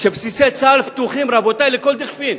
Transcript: שבסיסי צה"ל פתוחים, רבותי, לכל דכפין.